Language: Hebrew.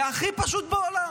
זה הכי פשוט בעולם.